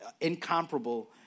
incomparable